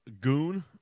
goon